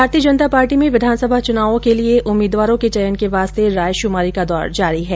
भारतीय जनता पार्टी में विधानसभा चुनाव के लिए उम्मीदवारों के चयन के वास्ते रायशुमारी का दौर जारी है